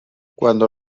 cuando